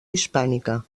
hispànica